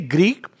Greek